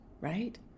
right